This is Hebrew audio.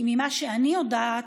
כי ממה שאני יודעת,